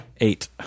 Eight